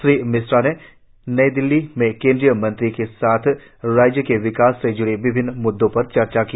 श्री मिश्रा ने नई दिल्ली में केंद्रीय मंत्रियों के साथ राज्य के विकास से ज्ड़े विभिन्न म्द्दों पर चर्चा की